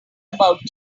about